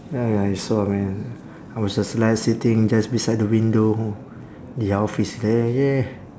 ya ya I saw man I was just like sitting just beside the window the office yeah yeah